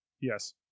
Yes